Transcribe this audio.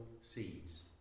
seeds